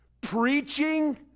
Preaching